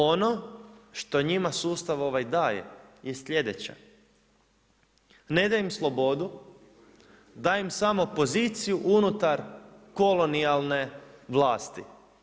Ono što njima sustav ovaj daje je sljedeće, ne daje im slobodu, daje im samo poziciju unutar kolonijalne vlasti.